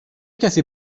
کسی